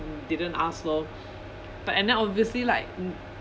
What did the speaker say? um didn't ask lor but at now obviously like m~